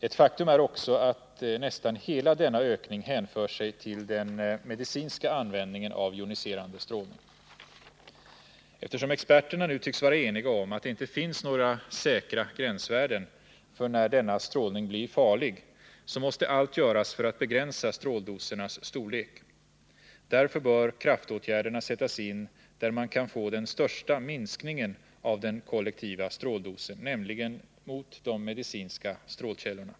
Ett faktum är också att nästan hela denna ökning hänför sig till den medicinska användningen av joniserande strålning. Eftersom experterna nu tycks vara eniga om att det inte finns några säkra gränsvärden för när denna strålning blir farlig, måste allt göras för att begränsa stråldosernas storlek. Därför bör kraftåtgärderna sättas in där man kan få den största minskningen av den kollektiva stråldosen, nämligen mot de medicinska strålkällorna.